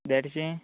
देडशीं